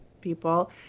people